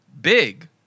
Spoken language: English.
big